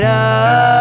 up